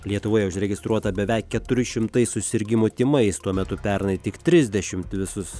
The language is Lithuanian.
lietuvoje užregistruota beveik keturi šimtai susirgimų tymais tuo metu pernai tik trisdešimt visus